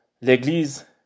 l'Église